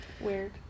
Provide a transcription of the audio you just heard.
weird